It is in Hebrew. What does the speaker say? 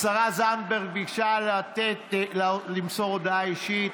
השרה זנדברג ביקשה למסור הודעה אישית,